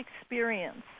experience